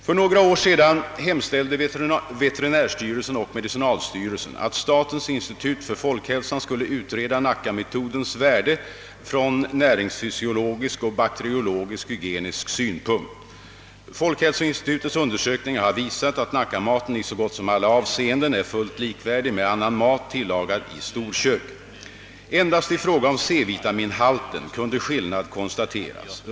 För några år sedan hemställde veterinärstyrelsen och medicinalstyrelsen att statens institut för folkhälsan skulle utreda Nackametodens värde från näringsfysiologisk och bakteriologisk-hygienisk synpunkt. Folkhälsoinstitutets undersökningar har visat, att Nackamaten i så gott som alla avseenden är fullt likvärdig med annan mat, tillagad i storkök. Endast i fråga om C-vitaminhalten kunde skillnad konstateras.